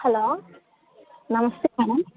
hello namaste madam